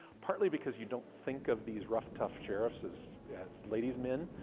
partly because you don't think of these rough, tough sheriffs as yeah as ladies' men.